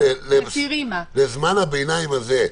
לזמן הביניים הזה,